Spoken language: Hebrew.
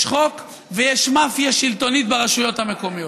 יש חוק ויש מאפיה שלטונית ברשויות המקומיות.